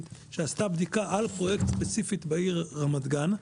שעשתה בדיקה על פרויקט ספציפי בעיר רמת גן,